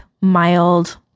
mild